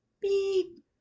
beep